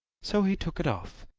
so he took it off,